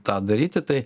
tą daryti tai